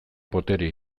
boterea